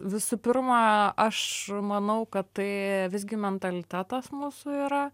visų pirma aš manau kad tai visgi mentalitetas mūsų yra